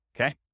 okay